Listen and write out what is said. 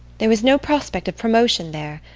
there was no prospect of promotion there,